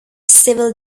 civil